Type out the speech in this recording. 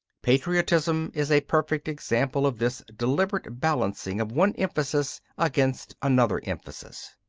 patriotism is a perfect example of this deliberate balancing of one emphasis against another emphasis.